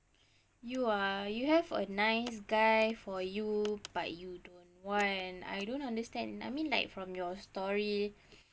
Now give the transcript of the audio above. you ah you have a nice guy for you but you don't want and I don't understand I mean like from your story